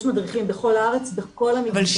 יש